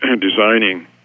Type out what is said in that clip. designing